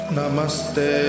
Namaste